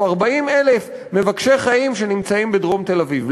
40,000 מבקשי חיים שנמצאים בדרום תל-אביב?